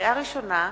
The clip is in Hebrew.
לקריאה ראשונה,